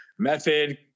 method